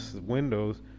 windows